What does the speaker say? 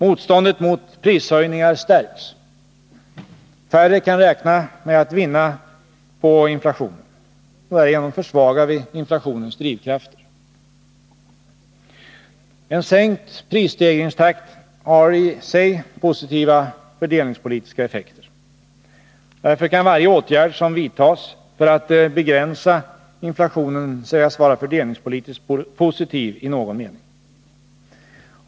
Motståndet mot prishöjningar stärks. Färre kan räkna med att vinna på inflationen. Därigenom försvagar vi inflationens drivkrafter. En sänkt prisstegringstakt har i sig positiva fördelningspolitiska effekter. Därför kan varje åtgärd som vidtas för att begränsa inflationen sägas vara fördelningspolitiskt positiv i någon mening.